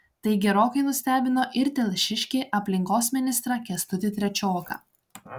tai gerokai nustebino ir telšiškį aplinkos ministrą kęstutį trečioką